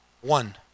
One